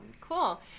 cool